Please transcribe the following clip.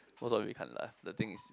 most of it can't lah the thing is